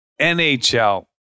NHL